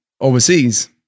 overseas